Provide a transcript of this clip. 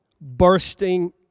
bursting